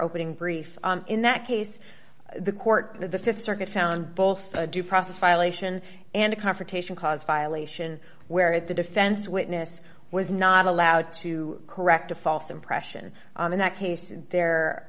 opening brief in that case the court in the th circuit found both a due process violation and a confrontation clause violation where the defense witness was not allowed to correct a false impression in that case there